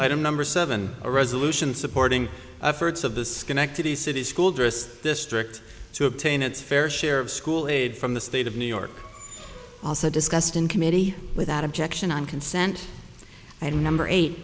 item number seven a solution supporting efforts of the schenectady city school dressed district to obtain its fair share of school aid from the state of new york also discussed in committee without objection on consent and number eight